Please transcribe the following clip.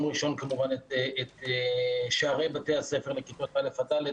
ראשון כמובן את שערי בתי הספר לכיתות א' עד ד'.